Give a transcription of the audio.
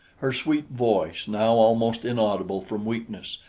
her sweet voice, now almost inaudible from weakness,